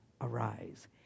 arise